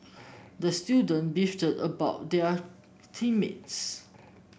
the student beefed about their team mates